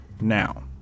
Now